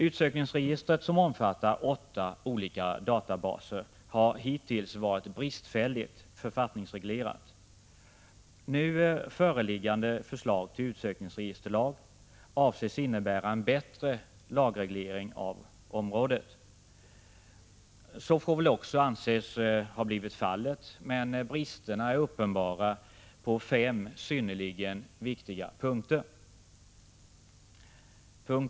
Utsökningsregistret, som omfattar åtta olika databaser, har hittills varit bristfälligt författningsreglerat. Nu föreliggande förslag till utsökningsregisterlag avses innebära en bättre lagreglering av området. Så får väl också anses ha blivit fallet, men bristerna är uppenbara på fem synnerligen viktiga punkter.